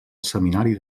seminari